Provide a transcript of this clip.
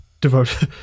devote